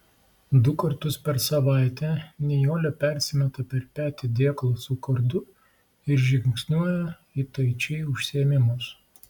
du kartus per savaitę nijolė persimeta per petį dėklą su kardu ir žingsniuoja į taiči užsiėmimus